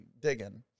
digging